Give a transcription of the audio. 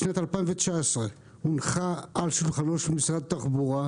בשנת 2019 הונחה על שולחנו של משרד התחבורה,